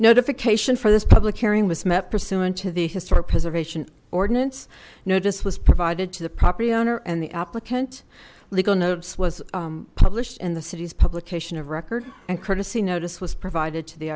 notification for this public hearing was met pursuant to the historic preservation ordinance notice was provided to the property owner and the applicant legal notes was published in the city's publication of record and courtesy notice was provided to the